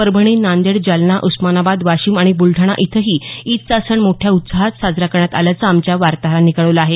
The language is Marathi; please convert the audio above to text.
परभणी नांदेड जालना उस्मानाबाद वाशिम आणि ब्लडाणा इथंही ईदचा सण मोठ्या उत्साहात साजरा करण्यात आल्याचं आमच्या वार्ताहरांनी कळवलं आहे